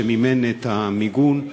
שמימן את המיגון,